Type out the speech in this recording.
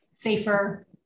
safer